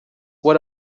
what